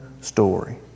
story